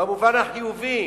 במובן החיובי.